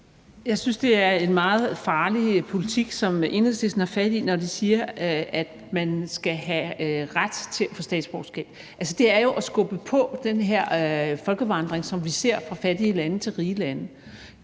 Jeg synes, det er en meget farlig politik, Enhedslisten har fat i, når de siger, at man skal have ret til at få statsborgerskab. Det er jo at skubbe på den her folkevandring, som vi ser fra fattige lande til rige lande.